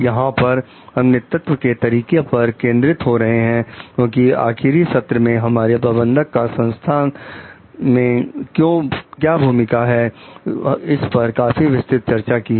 यहां पर हम नेतृत्व के तरीके पर केंद्रित हो रहे हैं क्योंकि आखिरी सत्र में हमने प्रबंधक का संस्थान में क्या भूमिका है इस पर काफी विस्तृत चर्चा की है